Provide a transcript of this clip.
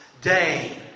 day